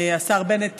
השר בנט,